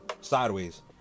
sideways